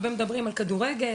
הרבה מדברים על כדורגל,